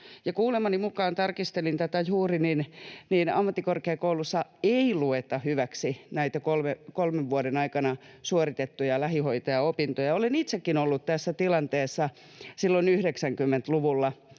Kuulemani mukaan — tarkistelin tätä juuri — ammattikorkeakouluissa ei lueta hyväksi näitä kolmen vuoden aikana suoritettuja lähihoitajaopintoja. Olen itsekin ollut tässä tilanteessa 90-luvulla,